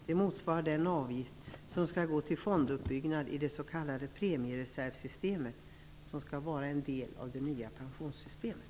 Det motsvarar den avgift som skall gå till fonduppbyggnad i det s.k. premiereservsystemet, som skall vara en del av det nya pensionssystemet.